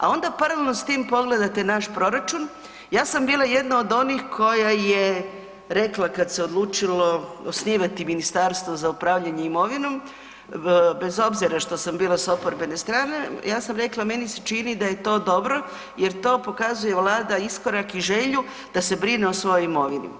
A onda paralelno s tim pogledate naš proračun, ja sam bila jedna od onih koja je rekla kad se odlučilo osnivati ministarstvo za upravljanje imovinom, bez obzira što sam bila s oporbene strane, ja sam rekla, meni se čini da je to dobro jer to pokazuje Vlada iskorak i želju da se brine o svojoj imovini.